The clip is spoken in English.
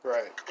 Right